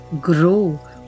grow